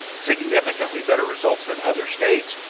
significantly better results than other states,